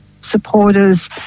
supporters